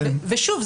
ושוב,